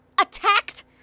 Attacked